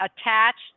attached